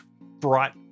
bright